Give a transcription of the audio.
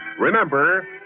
Remember